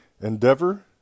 endeavor